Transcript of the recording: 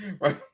Right